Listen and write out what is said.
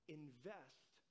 invest